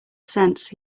sense